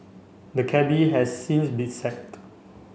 the cabby has since been sacked